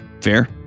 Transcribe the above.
Fair